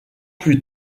plus